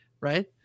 right